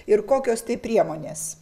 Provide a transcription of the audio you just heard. ir kokios tai priemonės